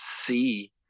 see